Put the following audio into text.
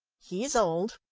he's old,